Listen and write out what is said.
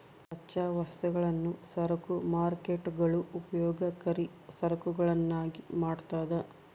ಕಚ್ಚಾ ವಸ್ತುಗಳನ್ನು ಸರಕು ಮಾರ್ಕೇಟ್ಗುಳು ಉಪಯೋಗಕರಿ ಸರಕುಗಳನ್ನಾಗಿ ಮಾಡ್ತದ